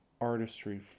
artistry